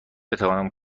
بتوانم